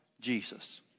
Jesus